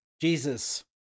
jesus